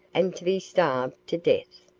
and to be starved to death.